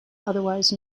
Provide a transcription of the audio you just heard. otherwise